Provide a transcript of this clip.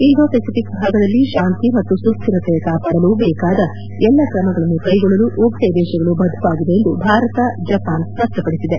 Indo Pacific ಭಾಗದಲ್ಲಿ ಶಾಂತಿ ಮತ್ತು ಸುಸ್ಹಿರತೆ ಕಾಪಾಡಲು ಬೇಕಾದ ಎಲ್ಲ ಕ್ರಮಗಳನ್ನು ಕ್ಲೆಗೊಳ್ಳಲು ಉಭಯ ದೇಶಗಳು ಬದ್ದವಾಗಿದೆ ಎಂದು ಭಾರತ ಜಪಾನ್ ಸ್ವಷ್ಷಪಡಿಸಿದೆ